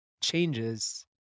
changes